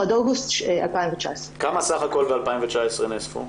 עד אוגוסט 2019. כמה בסך הכל ב-2019 נאספו?